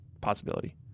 possibility